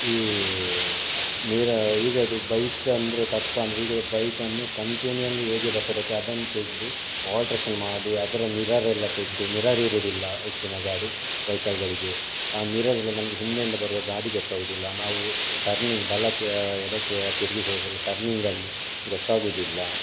ಈ ಈಗಿಂದು ಬೈಕ್ ಅಂದರೆ ತಪ್ಪಂದ್ರೆ ಈಗಿಂದು ಬೈಕನ್ನು ಕಂಪೆನಿಯಲ್ಲಿ ಹೇಗೆ ಬರ್ತದೆ ಅದನ್ನು ತೆಗೆದು ಆಲ್ಟ್ರೇಶನ್ ಮಾಡಿ ಅದರ ಮಿರರೆಲ್ಲ ತೆಗೆದು ಮಿರರ್ ಇರುವುದಿಲ್ಲ ಹೆಚ್ಚಿನ ಗಾಡಿ ವೆಹಿಕಲ್ಗಳಿಗೆ ಆ ಮಿರರ್ ಇಲ್ಲ ನಮಗೆ ಹಿಂದೆಯಿಂದ ಬರುವ ಗಾಡಿ ಗೊತ್ತಾಗುವುದಿಲ್ಲ ನಾವು ಟರ್ನಿಂಗ್ ಬಲಕ್ಕೆ ಎಡಕ್ಕೆ ತಿರುಗಿಸುವಾಗೆಲ್ಲ ಟರ್ನಿಂಗಲ್ಲಿ ಗೊತ್ತಾಗುವುದಿಲ್ಲ